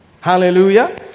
Hallelujah